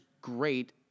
great